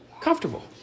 comfortable